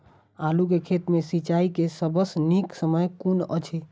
आलु केँ खेत मे सिंचाई केँ सबसँ नीक समय कुन अछि?